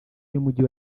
y’umujyi